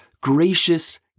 gracious